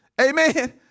Amen